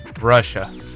Russia